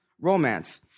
romance